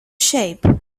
shape